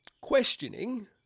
questioning